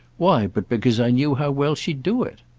why but because i knew how well she'd do it?